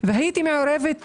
והייתי מעורבת ישירות,